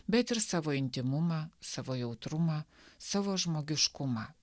bet ir savo intymumą savo jautrumą savo žmogiškumą